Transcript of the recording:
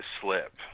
slip